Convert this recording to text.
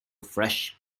fresh